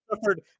suffered